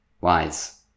wise